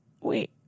wait